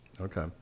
Okay